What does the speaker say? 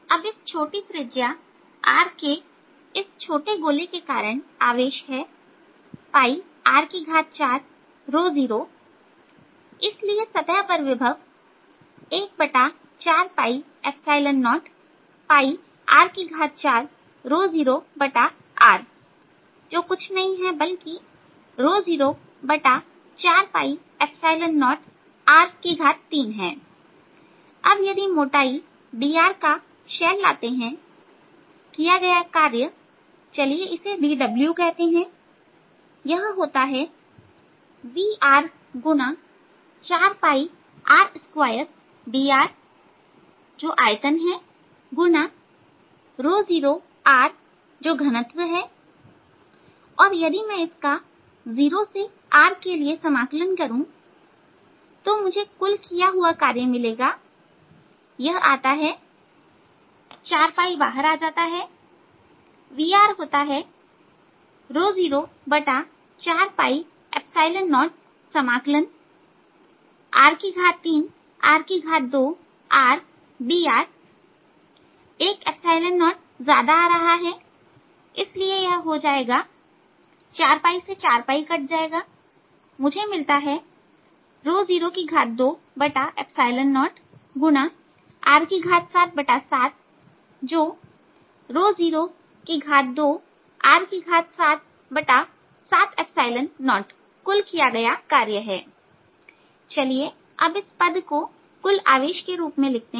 अब इस छोटी त्रिज्या r के इस छोटे गोले के कारण आवेश है R40 इसलिए सतह पर विभव 140R40rजो कुछ नहीं बल्कि 040r3 अब यदि मोटाई dr का शेल लाते हैं किया गया कार्य चलिए इसे dw कहते हैं यह होता है V गुणा 4r2drजो आयतन है गुणा 0rजो घनत्व है और यदि मैं इसका o से R के लिए समाकलन करूं तो मुझे कुल किया हुआ कार्य मिलेगा तो यह आता है 4 बाहर आ जाता है V होता है 040समाकलन r3r2rdrएक 0 ज्यादा आ रहा है इसलिए यह हो जाएगा 4 से 4 कट जाएगा मुझे मिलता है 020r77जो 02r770कुल किया गया कार्य है चलिए इस पद को कुल आवेश के रूप में लिखते हैं